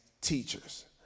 teachers